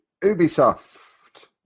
Ubisoft